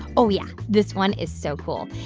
oh, yeah, this one is so cool.